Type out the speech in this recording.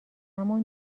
همان